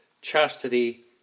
chastity